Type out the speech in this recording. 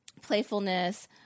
Playfulness